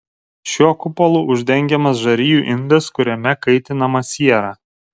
šiuo kupolu uždengiamas žarijų indas kuriame kaitinama siera